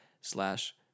slash